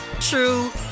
True